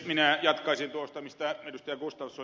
minä jatkaisin tuosta mistä ed